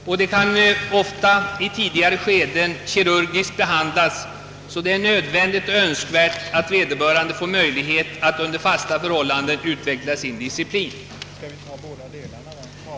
Ofta kan de i ett tidigt skede behandlas kirurgiskt, och därför är det både nödvändigt och önskvärt att vederbörande får möjlighet att under fasta förhållanden utveckla sin disciplin.